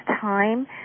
time